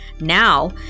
Now